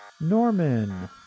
Norman